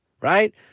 right